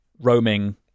roaming